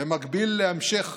במקביל להמשך